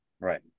Right